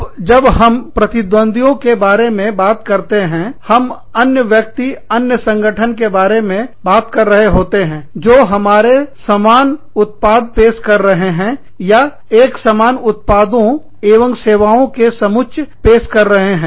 अब जब हम प्रतिद्वंद्वीयों के बारे में बात करते हैं हम अन्य व्यक्ति अन्य संगठनों के बारे में बात कर रहे होते हैं जो हमारे समान उत्पाद पेश कर रहे हैं या एक समान उत्पादों एवं सेवाओं के समुच्चय पेश कर रहे हैं